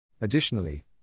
Additionally